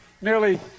Nearly